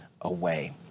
away